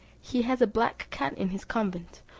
he has a black cat in his convent,